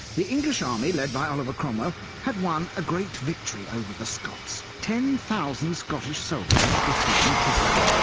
the english army led by oliver cromwell had won a great victory over the scots. ten thousand scottish soldiers were taken prisoner.